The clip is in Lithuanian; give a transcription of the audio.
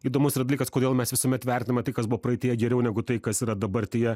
įdomus yra dalykas kodėl mes visuomet vertiname tai kas buvo praeityje geriau negu tai kas yra dabartyje